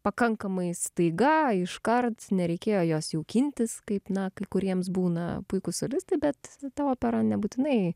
pakankamai staiga iškart nereikėjo jos jaukintis kaip na kai kuriems būna puikūs solistai bet ta opera nebūtinai